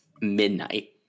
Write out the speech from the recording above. midnight